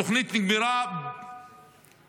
התוכנית נגמרה בסוף